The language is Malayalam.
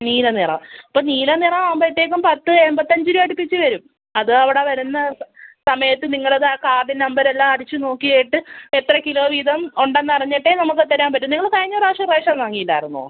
നീല നിറം അപ്പം നീല നിറം ആവുമ്പഴത്തേക്കും പത്ത് എമ്പത്തഞ്ച് രൂപ അടുപ്പിച്ച് വരും അത് അവിടെ വരുന്ന സമയത്ത് നിങ്ങളത് ആ കാർഡ് നമ്പരെല്ലാം അടിച്ച് നോക്കിയിട്ട് എത്ര കിലോ വീതം ഉണ്ട് എന്നറിഞ്ഞിട്ടേ നമുക്ക് തരാൻ പറ്റൂ നിങ്ങൾ കഴിഞ്ഞ പ്രാവശ്യം റേഷൻ വാങ്ങിയില്ലായിരുന്നോ